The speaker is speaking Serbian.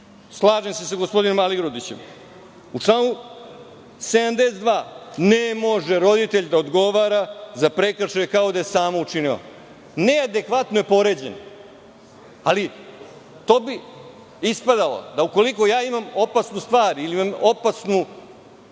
greške. Slažem se sa gospodinom Aligrudićem. U članu 72. ne može roditelj da odgovara za prekršaj kao da je sam učinio. Neadekvatno je poređenje, ali to bi ispalo da ukoliko imam opasnu stvar, ili imam u